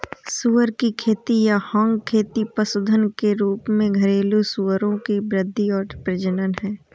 सुअर की खेती या हॉग खेती पशुधन के रूप में घरेलू सूअरों की वृद्धि और प्रजनन है